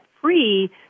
free